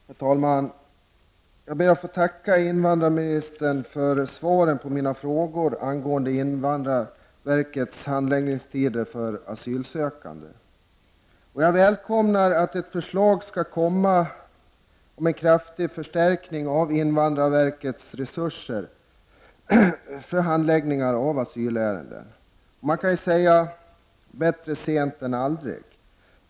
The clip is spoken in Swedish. Herr talman! Jag ber att få tacka invandrarministern för svaren på mina frågor angående invandrarverkets handläggningstider för asylsökande. Jag välkomnar att ett förslag skall komma om en kraftig förstärkning av invandrarverkets resurser för handläggningar av asylärenden. Man kan säga: bättre sent än aldrig.